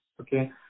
okay